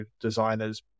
designers